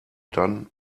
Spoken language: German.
dann